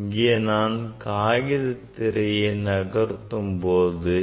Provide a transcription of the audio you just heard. இங்கே நான் காகித திரையை நகர்த்தும் போது